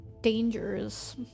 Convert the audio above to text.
dangers